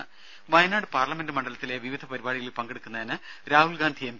ദ്ദേ വയനാട് പാർലമെന്റ് മണ്ഡലത്തിലെ വിവിധ പരിപാടികളിൽ പങ്കെടുക്കുന്നതിന് രാഹുൽഗാന്ധി എം